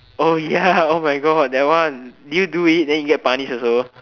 oh ya oh my god that one did you do it then you get punished also